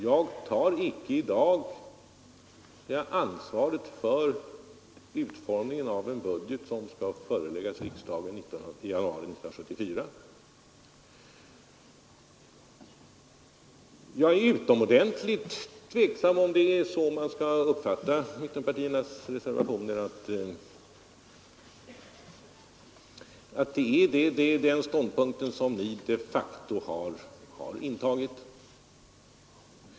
Jag tar icke i dag ansvaret för utformningen av en budget som skall föreläggas riksdagen i januari 1974. Jag är också utomordentligt tveksam om man skall uppfatta mittenpartiernas reservationer så, att det är den ståndpunkten som ni de facto har intagit.